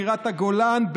בירת הגולן,